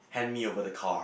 hand me over the car